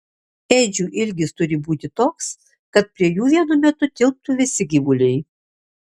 ėdžių ilgis turi būti toks kad prie jų vienu metu tilptų visi gyvuliai